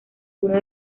uno